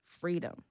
Freedom